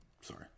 sorry